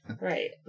Right